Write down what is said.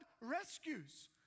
rescues